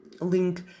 link